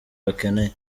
bakeneye